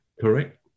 correct